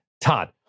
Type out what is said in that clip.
Todd